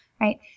right